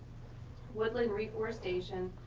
woodland reforestation,